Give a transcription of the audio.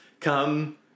Come